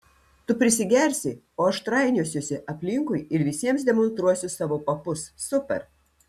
tu prisigersi o aš trainiosiuosi aplinkui ir visiems demonstruosiu savo papus super